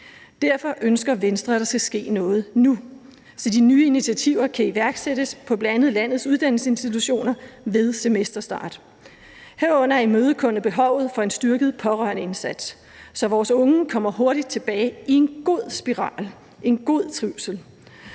Derfor ønsker Venstre, at der skal ske noget nu, så de nye initiativer kan iværksættes på bl.a. landets uddannelsesinstitutioner ved semesterstart, herunder imødekomme behovet for en styrket pårørendeindsats, så vores unge kommer hurtigt tilbage i en god spiral og en god trivsel